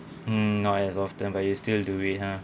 mm not as often but you still do it ha